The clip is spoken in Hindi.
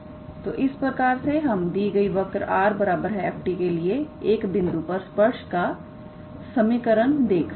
तो इस प्रकार से हम दी गई वर्क 𝑟⃗ 𝑓⃗𝑡 के लिए एक बिंदु P पर स्पर्श रेखा का समीकरण दे सकते हैं